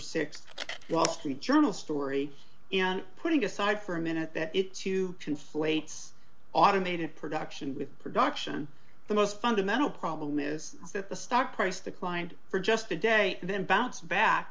th wall street journal story and putting aside for a minute that it too conflates automated production with production the most fundamental problem is that the stock price decline for just a day then bounce back